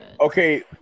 okay